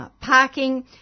parking